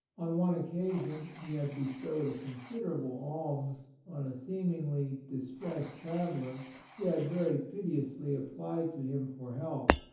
on one occasion he had bestowed a considerable alms, on a seemingly distressed traveller who had very piteously applied to him for help,